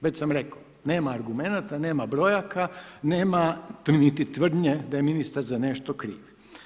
Već sam rekao nema argumenata, nema brojaka, nema niti tvrdnje da je ministar za nešto kriv.